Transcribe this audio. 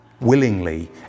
Willingly